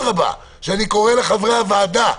אני קורא לחברי הוועדה,